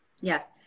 Yes